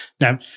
Now